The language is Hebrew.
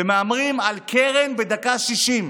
ומהמרים על קרן בדקה ה-60,